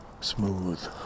Smooth